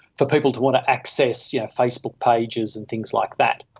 for people to want to access yeah facebook pages and things like that.